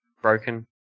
broken